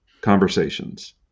conversations